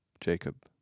Jacob